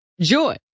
Joy